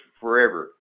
forever